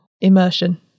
immersion